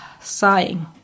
Sighing